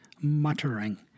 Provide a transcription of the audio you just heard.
muttering